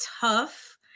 tough